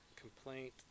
complaint